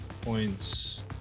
points